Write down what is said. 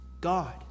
God